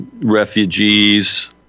refugees